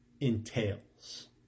entails